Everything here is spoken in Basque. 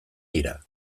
dira